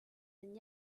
than